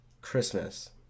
Christmas